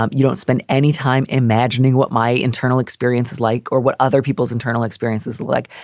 um you don't spend any time imagining what my internal experiences like or what other people's internal experiences like.